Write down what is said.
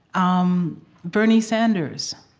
um bernie sanders,